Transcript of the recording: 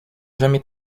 jamais